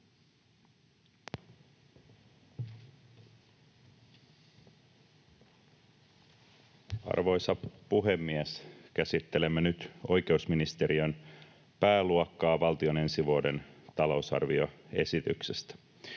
Arvoisa puhemies! Käsittelemme nyt oikeusministeriön pääluokkaa valtion ensi vuoden talousarvioesityksestä.